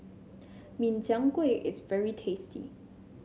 Min Chiang Kueh is very tasty